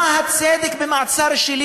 מה הצדק במעצר שלי?